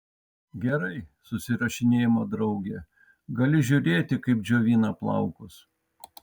gerai susirašinėjimo drauge gali žiūrėti kaip džiovina plaukus